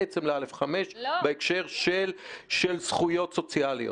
ל-א/5 בהקשר של זכויות סוציאליות.